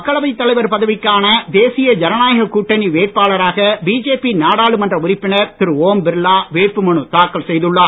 மக்களவை தலைவர் பதவிக்கான தேசிய ஜனநாயக கூட்டணி வேட்பாளராக பிஜேபி நாடாளுமன்ற உறுப்பினர் திரு ஓம் பிர்லா வேட்புமனு தாக்கல் செய்துள்ளார்